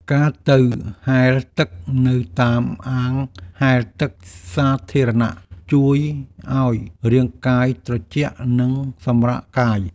ការទៅហែលទឹកនៅតាមអាងហែលទឹកសាធារណៈ ជួយឱ្យរាងកាយត្រជាក់ និងសម្រាកកាយ។